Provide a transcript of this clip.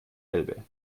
elbe